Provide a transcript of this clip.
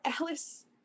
Alice